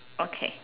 okay